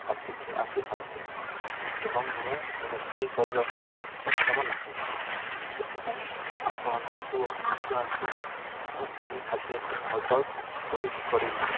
ଅତିଥି ଆସିଛନ୍ତି ଏବଂ ମୁଁ ରୋଷେଇ କରିବାକୁ ଏବେ ସକ୍ଷମ ନାହିଁ ସେଥିପାଇଁ ଆପଣଙ୍କ ରେଷ୍ଟୁରାଣ୍ଟରୁ ମୁଁ ଏହି ଖାଦ୍ୟଟି ଅର୍ଡ଼ର୍ କରିଲି